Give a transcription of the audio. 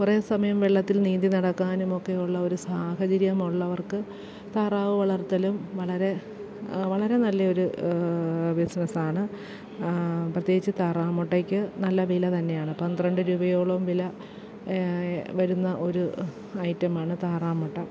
കുറെ സമയം വെള്ളത്തിൽ നീന്തിനടക്കാനുമൊക്കെ ഉള്ള ഒരു സാഹചര്യമുള്ളവർക്ക് താറാവ് വളർത്തലും വളരെ വളരെ നല്ല ഒരു ബിസിനസാണ് പ്രത്യേകിച്ച് താറാമുട്ടയ്ക്ക് നല്ല വില തന്നെയാണ് പന്ത്രണ്ടു രൂപയോളം വില വരുന്ന ഒരു ഐറ്റമാണ് താറാമുട്ട